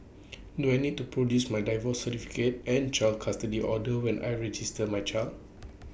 do I need to produce my divorce certificate and child custody order when I register my child